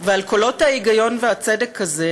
ועל קולות ההיגיון והצדק האלה